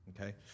okay